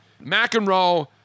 McEnroe